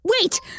Wait